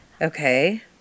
Okay